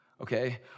okay